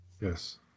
Yes